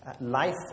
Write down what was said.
life